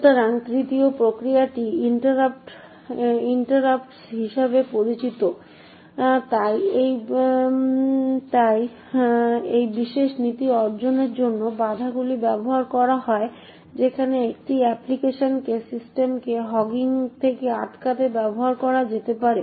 সুতরাং তৃতীয় প্রক্রিয়াটি ইন্টারাপ্টস হিসাবে পরিচিত তাই এই বিশেষ নীতি অর্জনের জন্য বাধাগুলি ব্যবহার করা হয় যেখানে এটি একটি অ্যাপ্লিকেশনকে সিস্টেমকে হগিং থেকে আটকাতে ব্যবহার করা যেতে পারে